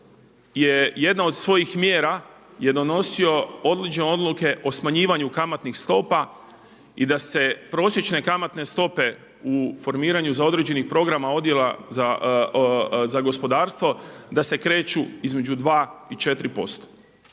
jednu od svojih mjera je donosio određene odluke o smanjivanju kamatnih stopa i da se prosječne kamatne stope u formiranju za određenih programa Odjela za gospodarstvo da se kreću između 2 i 4%.